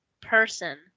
person